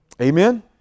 Amen